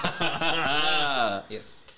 Yes